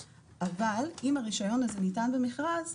אבל אם הרישיון ניתן במכרז,